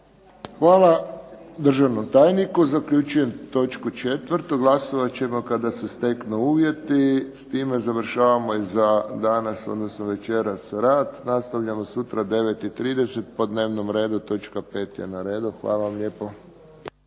Hvala državnom tajniku. Zaključujem točku 4. Glasovat ćemo kada se steknu uvjeti. S time završavamo i za danas, odnosno večeras rad. Nastavljamo sutra u 9 i 30 po dnevnom redu točka 5. je na redu. Hvala vam lijepo.